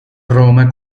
roma